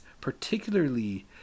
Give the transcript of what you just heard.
particularly